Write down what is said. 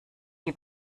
die